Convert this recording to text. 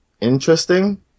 interesting